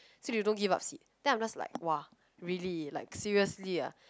so they don't give up seat then I am just like !wah! really like seriously ah